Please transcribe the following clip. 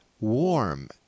warm